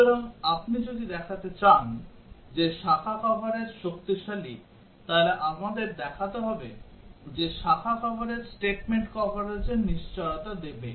সুতরাং আপনি যদি দেখাতে চান যে শাখা কভারেজ শক্তিশালী তাহলে আমাদের দেখাতে হবে যে শাখা কভারেজ statement কভারেজের নিশ্চয়তা দেবে